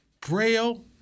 Braille